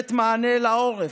צוות מענה לעורף,